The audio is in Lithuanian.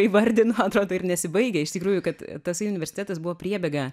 įvardino atrodo ir nesibaigia iš tikrųjų kad tasai universitetas buvo priebėga